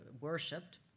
worshipped